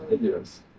Yes